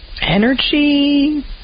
energy